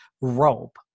ROPE